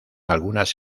algunas